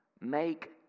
make